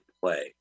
play